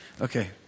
Okay